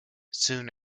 soon